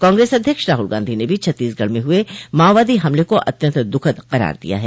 कांग्रेस अध्यक्ष राहुल गांधी ने भी छत्तीसगढ़ में हुए माओवादी हमले को अत्यन्त दुखद करार दिया है